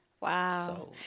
Wow